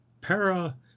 para